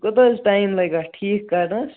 کوٗتاہ حظ ٹایم لَگہِ اَتھ ٹھیٖک کَرنس